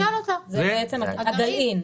בשביל להאיץ את זמן ההגעה ממקום למקום.